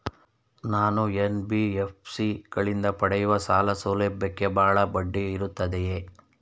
ನಾನು ಎನ್.ಬಿ.ಎಫ್.ಸಿ ಗಳಿಂದ ಪಡೆಯುವ ಸಾಲ ಸೌಲಭ್ಯಕ್ಕೆ ಬಹಳ ಬಡ್ಡಿ ಇರುತ್ತದೆಯೇ?